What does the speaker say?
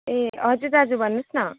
ए हजुर दाजु भन्नुहोस् न